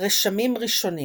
"רשמים ראשונים".